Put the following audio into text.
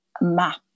map